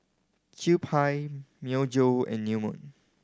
Kewpie Myojo and New Moon